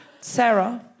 Sarah